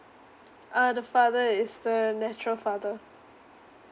uh the father is the natural father